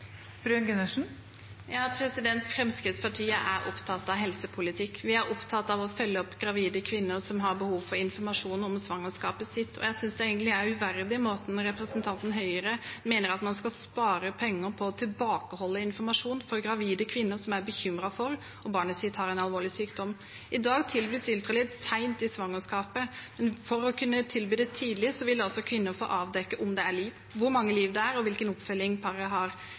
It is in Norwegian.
Fremskrittspartiet er opptatt av helsepolitikk. Vi er opptatt av å følge opp gravide kvinner som har behov for informasjon om svangerskapet sitt, og jeg synes egentlig det er uverdig hvordan representanten fra Høyre mener at man skal spare penger på å tilbakeholde informasjon for gravide kvinner som er bekymret for om barnet deres har en alvorlig sykdom. I dag tilbys ultralyd sent i svangerskapet, men ved å kunne tilby det tidlig vil kvinner få avdekket om det er liv, hvor mange liv det er, og hvilken oppfølging paret har